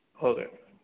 okay